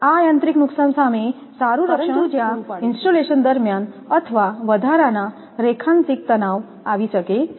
આ યાંત્રિક નુકસાન સામે સારું રક્ષણ પૂરું પાડે છે પરંતુ જ્યાં ઇન્સ્ટોલેશન દરમ્યાન અથવા વધારાના રેખાંશિક તનાવ આવી શકે છે